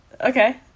Okay